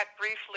briefly